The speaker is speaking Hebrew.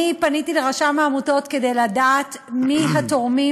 פניתי לרשם העמותות כדי לדעת מי התורמים